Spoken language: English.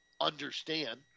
understand